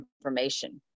information